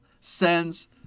sends